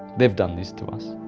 they have done this to us,